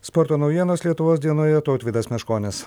sporto naujienos lietuvos dienoje tautvydas meškonis